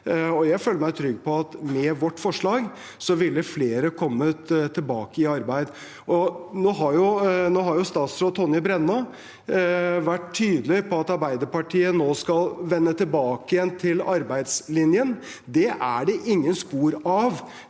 jeg føler meg trygg på at med vårt forslag ville flere kommet tilbake i arbeid. Statsråd Tonje Brenna har jo vært tydelig på at Arbeiderpartiet nå skal vende tilbake til arbeidslinjen. Det er det ingen spor av